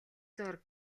зуур